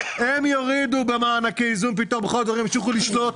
הם יורידו במענקי איזון וימשיכו לשלוט.